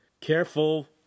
Careful